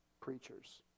preachers